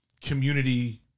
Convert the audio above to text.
community